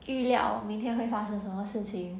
预料明天会发生什么事情